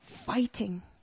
fighting